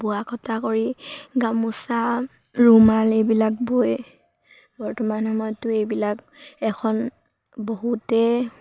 বোৱা কটা কৰি গামোচা ৰুমাল এইবিলাক বৈ বৰ্তমান সময়তো এইবিলাক এখন বহুতে